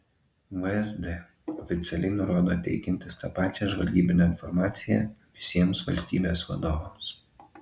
vsd oficialiai nurodo teikiantis tą pačią žvalgybinę informaciją visiems valstybės vadovams